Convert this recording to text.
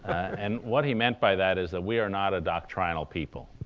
and what he meant by that is that we are not a doctrinal people.